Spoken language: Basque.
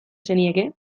zenieke